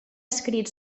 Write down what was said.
escrit